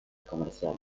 comerciales